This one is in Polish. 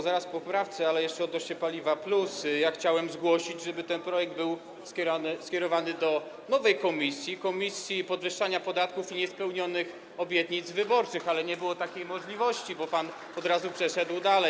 Zaraz o poprawce, ale jeszcze odnośnie do paliwa+ ja chciałem zgłosić, żeby ten projekt był skierowany do nowej komisji, komisji podwyższania podatków i niespełnionych obietnic wyborczych, ale nie było takiej możliwości, bo pan od razu przeszedł dalej.